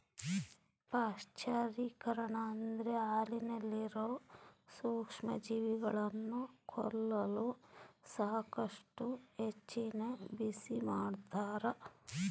ಪಾಶ್ಚರೀಕರಣ ಅಂದ್ರ ಹಾಲಿನಾಗಿರೋ ಸೂಕ್ಷ್ಮಜೀವಿಗಳನ್ನ ಕೊಲ್ಲಲು ಸಾಕಷ್ಟು ಹೆಚ್ಚಿನ ಬಿಸಿಮಾಡ್ತಾರ